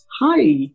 Hi